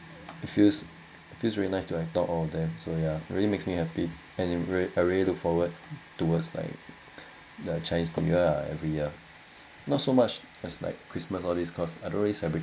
it feels it feels really nice to have talk all of them so yeah really makes me happy and in re~ I really look forward towards like the chinese new year ah every year not so much as like christmas all this cause I don't really celebrate